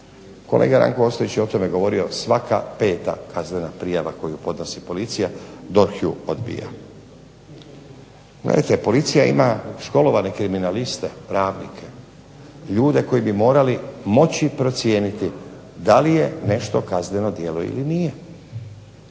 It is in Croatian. Kolega Ranko Ostojić je o tome govorio svaka peta kaznena prijava koju podnosi policija DORH ju odbija. Gledajte, policija ima školovane kriminaliste, pravnike, ljude koji bi morali moći procijeniti da li je nešto kazneno djelo ili nije.